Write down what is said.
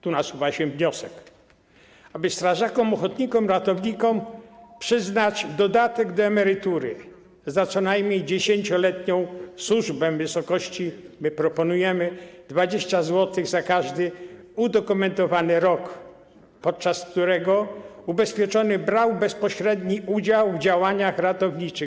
Tu nasuwa się wniosek, aby strażakom ochotnikom ratownikom przyznać dodatek do emerytury za co najmniej 10-letnią służbę w wysokości, jak proponujemy, 20 zł za każdy udokumentowany rok, podczas którego ubezpieczony brał bezpośredni udział w działaniach ratowniczych.